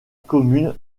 commune